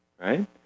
right